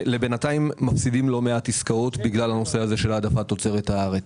ובינתיים מפסידים לא מעט עסקאות בגלל הנושא הזה של העדפת תוצרת הארץ.